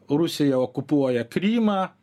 rusija okupuoja krymą